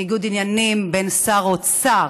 ניגוד עניינים של שר אוצר